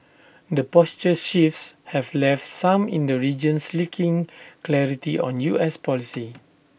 the posture shifts have left some in the region clarity on U S policy